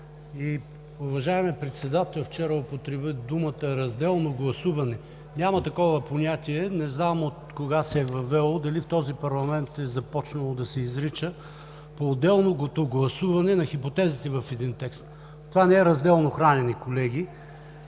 Уважаемият председател вчера употреби израза „разделно гласуване“. Няма такова понятие – не знам откога се е въвело, дали в този парламент е започнало да се изрича. По отделното гласуване на хипотезите в един текст! Това не е разделно хранене, колеги,